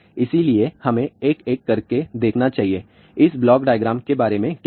इसलिए हमें एक एक करके देखना चाहिए इस ब्लॉक डायग्राम के बारे में क्या है